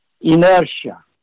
inertia